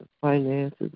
finances